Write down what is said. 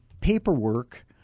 paperwork